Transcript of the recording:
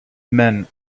men